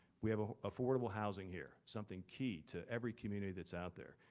we have ah affordable housing here, something key to every community that's out there.